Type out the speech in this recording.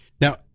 Now